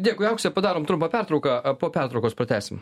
dėkui aukse padarom trumpą pertrauką po pertraukos pratęsim